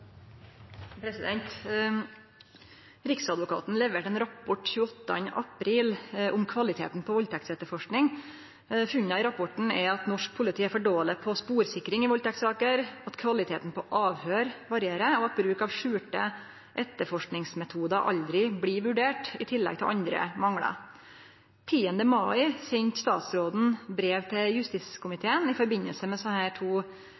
Riksadvokaten leverte ein rapport 28. april om kvaliteten på valdtektsetterforsking. Funna i rapporten er at norsk politi er for dårleg på sporsikring i valdtektssaker, at kvaliteten på avhøyr varierer, og at bruk av skjulte etterforskingsmetodar aldri blir vurdert, i tillegg til andre manglar. Den 10. mai sende statsråden brev til justiskomiteen i samband med desse to